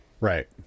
right